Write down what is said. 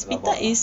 rabak ah